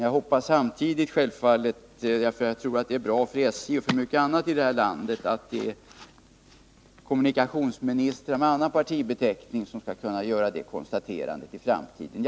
Jag hoppas samtidigt — jag tror att det vore bra både för SJ och för mycket annat här i landet — att en kommunikationsminister med annan partibeteckning skall kunna göra det konstaterandet i framtiden.